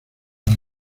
las